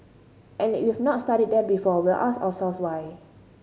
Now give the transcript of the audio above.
and if not studied them before we'll ask ourselves why